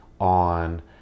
on